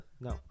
No